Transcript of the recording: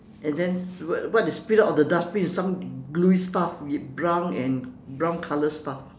and then what what is spilled out of the dustbin is some gluey stuff with brown and brown colour stuff